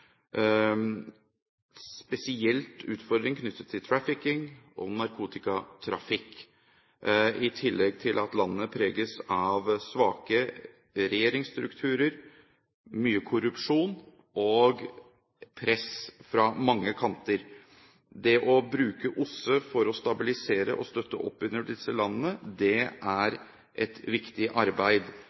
spesielt utfordringer knyttet til trafficking og narkotikatrafikk, i tillegg til at landene preges av svake regjeringsstrukturer, mye korrupsjon og press fra mange kanter. Det å bruke OSSE for å stabilisere og støtte opp under disse landene er et viktig arbeid.